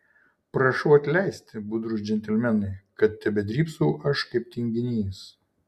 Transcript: prašau atleisti budrūs džentelmenai kad tebedrybsau aš kaip tinginys